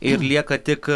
ir lieka tik